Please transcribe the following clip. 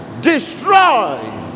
Destroy